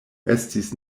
estis